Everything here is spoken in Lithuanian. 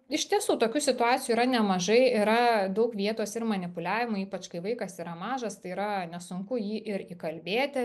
iš tiesų tokių situacijų yra nemažai yra daug vietos ir manipuliavimui ypač kai vaikas yra mažas tai yra nesunku jį ir įkalbėti